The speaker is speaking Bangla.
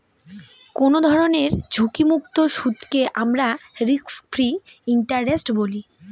কোনো ধরনের ঝুঁকিমুক্ত সুদকে আমরা রিস্ক ফ্রি ইন্টারেস্ট বলি